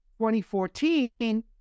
2014